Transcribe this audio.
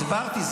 הסברתי,